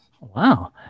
wow